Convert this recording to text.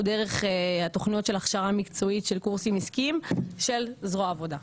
או דרך התוכניות של הכשרה מקצועית של קורסים עסקיים של זרוע העבודה.